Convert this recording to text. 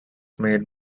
made